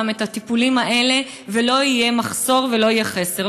את הטיפולים האלה ולא יהיה מחסור ולא יהיה חסר.